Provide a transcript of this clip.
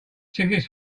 tickets